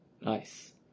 Nice